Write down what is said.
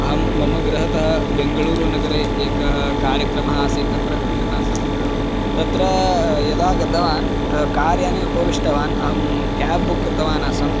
अहं मम गृहतः बेङ्गळूरुनगरे एकः कार्यक्रमः आसीत् तत्र गच्छन् आसम् तत्र यदा गतवान् कार् याने उपविष्टवान् अहं केब् बुक् कृतवान् आसं